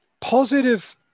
positive